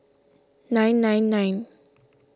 nine nine nine